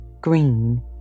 green